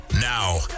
Now